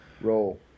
roll